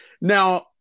now